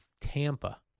Tampa